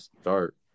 start